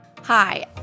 Hi